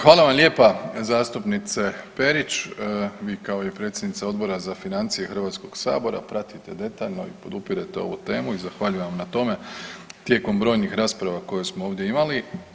Hvala vam lijepa zastupnice Perić, vi kao i predsjednica Odbora za financije Hrvatskog sabora pratite detaljno i podupirete ovu temu i zahvaljujem vam na tome tijekom brojnih rasprava koje smo ovdje imali.